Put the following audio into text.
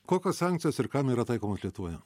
kokios sankcijos ir kam yra taikomos lietuvoje